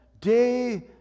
day